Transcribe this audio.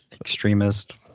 extremist